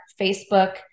Facebook